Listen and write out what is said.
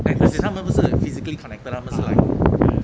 like K 他们不是 physically connected lor 他们是 like